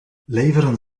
leveren